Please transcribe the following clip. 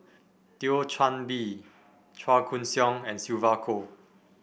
Thio Chan Bee Chua Koon Siong and Sylvia Kho